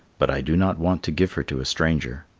but i do not want to give her to a stranger.